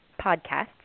podcasts